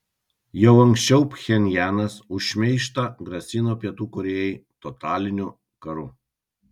jau anksčiau pchenjanas už šmeižtą grasino pietų korėjai totaliniu karu